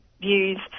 views